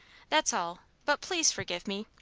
that's all. but please forgive me!